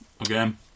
Again